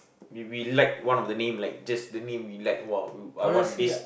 if we like one of the name like just the name we like !wow! I want this